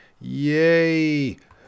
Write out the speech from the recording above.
Yay